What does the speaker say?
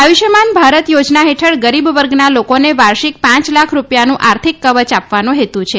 આયુષ્યમાન ભારત યોજના હેઠળ ગરીબ વર્ગના લોકોને વાર્ષિક પાંચ લાખ રૂપિયાનું આર્થિક કવય આપવાનો હેતુ છે